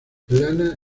plana